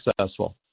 successful